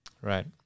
Right